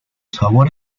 sabor